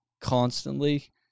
Constantly